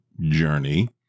journey